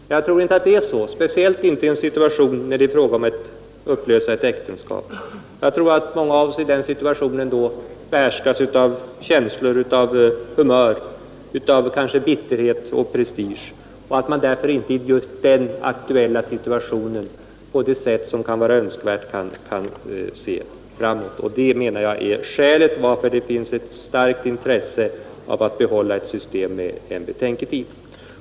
Men i en sådan situation som då det är fråga om att upplösa ett äktenskap tror jag att många av oss behärskas av känslor av humör, kanske bitterhet och prestige och därför inte kan se framåt på det sätt som är önskvärt. Det är skälet till att det finns ett starkt intresse av att behålla ett system med en betänketid.